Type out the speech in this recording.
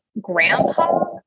grandpa